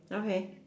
okay